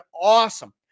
awesome